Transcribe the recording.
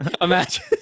Imagine